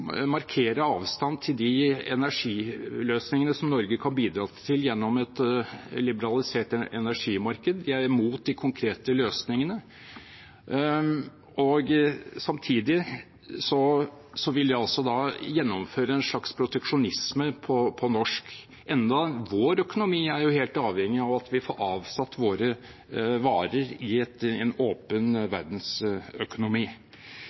markere avstand til de energiløsningene som Norge kan bidra til gjennom et liberalisert energimarked. De er imot de konkrete løsningene, og samtidig vil de gjennomføre en slags proteksjonisme på norsk, enda vår økonomi jo er helt avhengig av at vi får avsatt våre varer i en åpen